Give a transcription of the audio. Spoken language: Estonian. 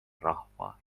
rahva